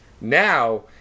Now